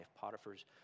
Potiphar's